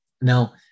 Now